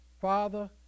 Father